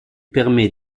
permet